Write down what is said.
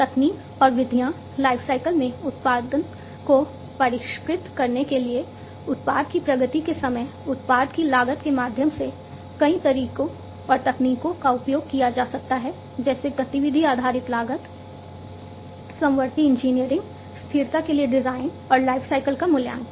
तकनीक और विधियाँ लाइफसाइकिल में उत्पादन को परिष्कृत करने के लिए उत्पाद की प्रगति के समय उत्पाद की लागत के माध्यम से कई तरीकों और तकनीकों का उपयोग किया जा सकता है जैसे गतिविधि आधारित लागत समवर्ती इंजीनियरिंग स्थिरता के लिए डिज़ाइन और लाइफसाइकिल का मूल्यांकन